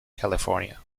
california